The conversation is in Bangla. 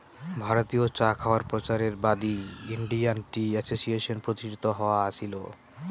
ভারতীয় চা খাওয়ায় প্রচারের বাদী ইন্ডিয়ান টি অ্যাসোসিয়েশন প্রতিষ্ঠিত হয়া আছিল